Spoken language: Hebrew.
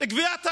גביית הקנסות,